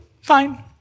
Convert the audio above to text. Fine